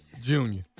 Junior